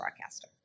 broadcaster